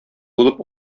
булып